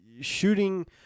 shooting